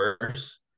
worse